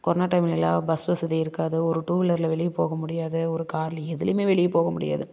corona டைம்ல எல்லாம் bus வசதி இருக்காது ஒரு டூவீலரில் வெளிய போக முடியாது ஒரு காரில் எதுலையுமே வெளியே போக முடியாது